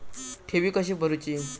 ठेवी कशी भरूची?